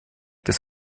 des